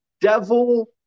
devil